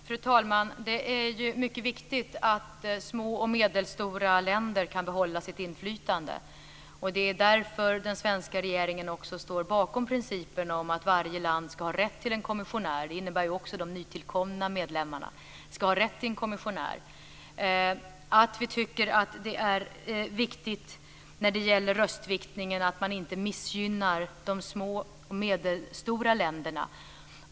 Fru talman! Det är mycket viktigt att små och medelstora länder kan behålla sitt inflytande. Det är därför den svenska regeringen står bakom principen om att varje land ska ha rätt till en kommissionär, och det innebär att också de nytillkomna medlemmarna ska ha rätt till en kommissionär. Det är viktigt med röstviktningen och att man inte missgynnar de små och medelstora länderna.